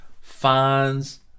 finds